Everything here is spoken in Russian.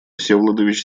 всеволодович